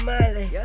Miley